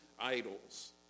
idols